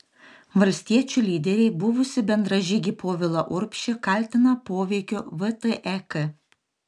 valstiečių lyderiai buvusį bendražygį povilą urbšį kaltina poveikiu vtek